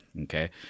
Okay